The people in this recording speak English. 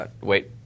wait